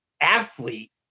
athlete